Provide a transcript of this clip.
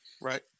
Right